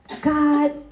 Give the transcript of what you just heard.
God